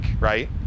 right